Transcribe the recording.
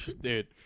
dude